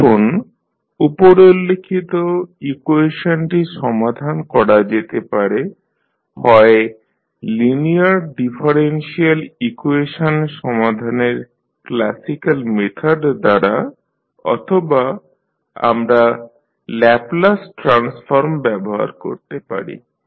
এখন উপরোল্লিখিত ইকুয়েশনটি সমাধান করা যেতে পারে হয় লিনিয়ার ডিফারেনশিয়াল ইকুয়েশন সমাধানের ক্লাসিক্যাল মেথড দ্বারা অথবা আমরা ল্যাপলাস ট্রান্সফর্ম ব্যবহার করতে পারি